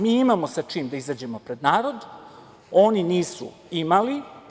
Mi imamo sa čim da izađemo pred narod oni nisu imali.